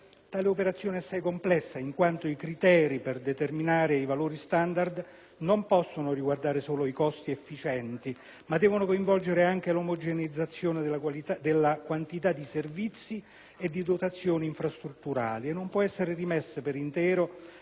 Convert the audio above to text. Tale operazione è assai complessa, in quanto i criteri per determinare i valori standard non possono riguardare solo i costi efficienti, ma devono coinvolgere anche l'omogeneizzazione della quantità di servizi e di dotazioni infrastrutturali, e non può essere rimessa per intero